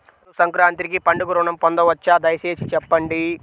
నేను సంక్రాంతికి పండుగ ఋణం పొందవచ్చా? దయచేసి చెప్పండి?